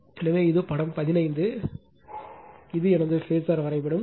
எனவே இது படம் 15 எனவே இது எனது பேஸர் வரைபடம்